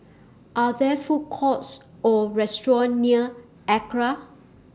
Are There Food Courts Or restaurants near Acra